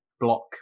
block